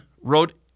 wrote